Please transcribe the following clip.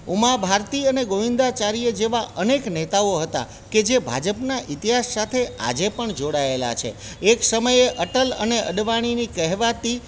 ઉમા ભારતી અને ગોવિંદાચાર્ય જેવા અનેક નેતાઓ હતા કે જે ભાજપના ઇતિહાસ સાથે આજે પણ જોડાએલા છે એક સમયે અટલ અને અડવાણીની કહેવાતી